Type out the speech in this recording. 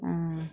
ah